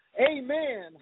Amen